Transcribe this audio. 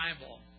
Bible